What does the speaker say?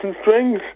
strings